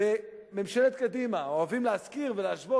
בממשלת קדימה אוהבים להזכיר ולהשוות